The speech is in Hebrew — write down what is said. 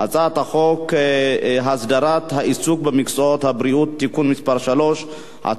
לעובדת ולעובד (תיקון מס' 2),